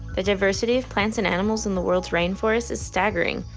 the diversity of plants and animals in the world's rainforests is staggering,